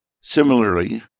similarly